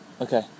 Okay